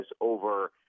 over